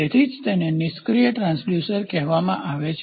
તેથી જ તેને નિષ્ક્રીય ટ્રાંસડ્યુસર્સ કહેવામાં આવે છે